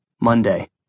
Monday